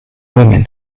women